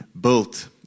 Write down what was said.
built